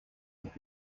would